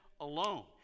alone